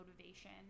motivation